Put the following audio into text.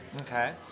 Okay